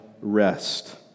rest